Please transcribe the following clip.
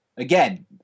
Again